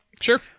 sure